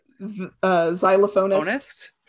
xylophonist